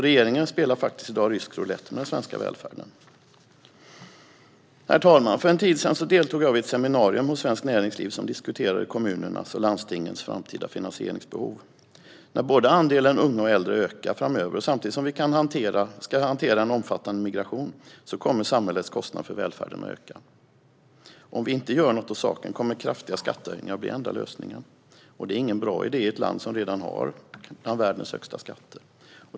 Regeringen spelar faktiskt i dag rysk roulett med den svenska välfärden. Herr talman! För en tid sedan deltog jag i ett seminarium hos Svenskt Näringsliv där kommunernas och landstingens framtida finansieringsbehov diskuterades. När både andelen unga och andelen äldre ökar framöver samtidigt som vi ska hantera en omfattande migration kommer samhällets kostnader för välfärden att öka. Om vi inte gör något åt saken kommer kraftiga skattehöjningar att bli enda lösningen. Det är ingen bra idé i ett land som redan har bland världens högsta skatter.